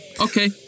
okay